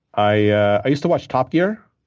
i used to watch top gear.